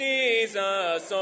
Jesus